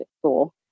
school